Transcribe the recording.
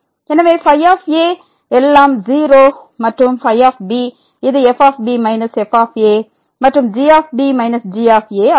எனவே ϕ எல்லாம் 0 மற்றும் ϕ இது f b f மற்றும் g b g ஆகும்